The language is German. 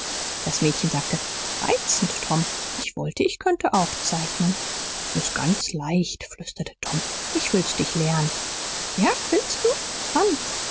das mädchen sagte reizend tom ich wollte ich könnte auch zeichnen s ist ganz leicht flüsterte tom ich will's dich lehren ja willst du wann